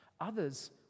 Others